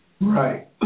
Right